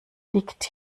liegt